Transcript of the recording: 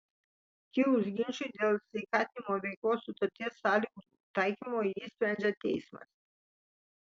kilus ginčui dėl sveikatinimo veiklos sutarties sąlygų taikymo jį sprendžia teismas